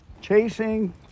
chasing